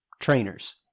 trainers